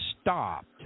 stopped